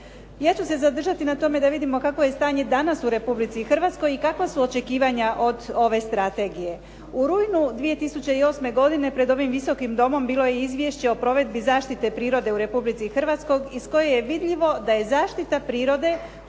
Ja ću se zadržati na tome da vidimo kakvo je stanje danas u Republici Hrvatskoj i kakva su očekivanja od ove strategije. U rujnu 2008. godine pred ovim Visokim domom, bilo je izvješće o provedbi zaštite prirode u Republici Hrvatskoj iz koje je vidljivo da je zaštita prirode